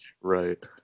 right